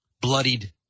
bloodied